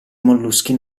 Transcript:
molluschi